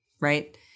right